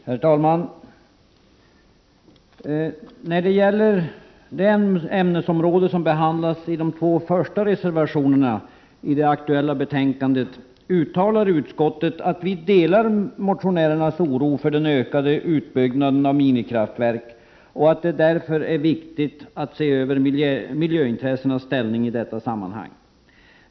Herr talman! När det gäller det ämnesområde som behandlades i de två första reservationerna i det aktuella betänkandet uttalar utskottet att det delar motionärernas oro för den ökade utbyggnaden av minikraftverk. Det är därför viktigt att se över miljöintressenas ställning i detta sammanhang.